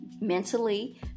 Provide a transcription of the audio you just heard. mentally